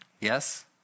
Yes